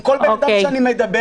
עם כל אחד שאני מדבר,